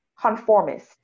conformist